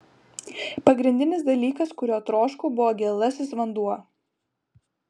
pagrindinis dalykas kurio troškau buvo gėlasis vanduo